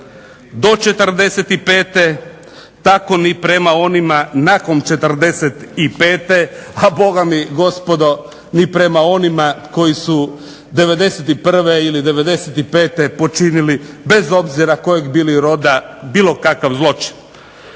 do 45. tako ni prema onima nakon 45. a bogami gospodo ni prema onima koji su 91. ili 95. počinili bez obzira kojeg bili roda bilo kakav zločin.